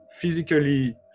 physically